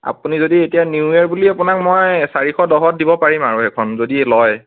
আপুনি যদি এতিয়া নিউ ইয়েৰ বুলি আপোনাক মই চাৰিশ দহত দিব পাৰিম আৰু এখন যদি লয়